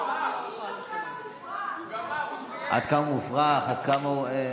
שידעו עד כמה מופרך, עד כמה מופרך.